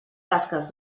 tasques